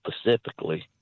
specifically